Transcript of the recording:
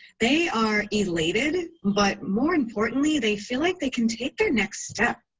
they are elated, but more importantly, they feel like they can take their next step.